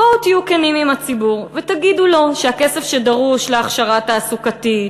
בואו ותהיו כנים עם הציבור ותגידו לו שהכסף שדרוש להכשרה תעסוקתית,